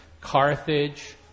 Carthage